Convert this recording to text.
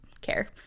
care